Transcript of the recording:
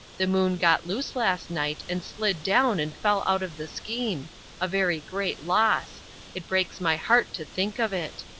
the moon got loose last night, and slid down and fell out of the scheme a very great loss it breaks my heart to think of it.